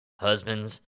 husband's